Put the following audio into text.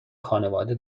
خانواده